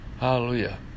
Hallelujah